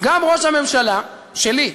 גם ראש הממשלה, שלי,